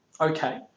Okay